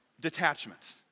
detachment